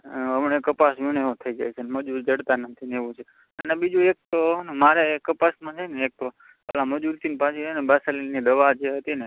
હમણાં કપાસ વીણે એવો થઈ જાય છે ને મજૂરો જડતા નથી એવું છે અને બીજું એક તો હં ને મારે કપાસમાં છે ને એક તો ઓલા મજૂરથી પાછી હેં ને પાર્સેલિનની દવા જે હતી ને